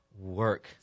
work